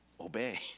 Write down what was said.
obey